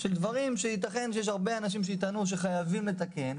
של דברים שייתכן שיש הרבה אנשים שיטענו שחייבים לתקן,